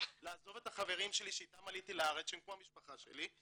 לעזוב את החברים שלי שאיתם עליתי לארץ שהם כמו המשפחה שלי.